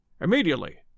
Immediately